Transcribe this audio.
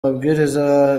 mabwiriza